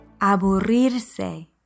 Aburrirse